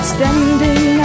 Standing